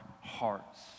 hearts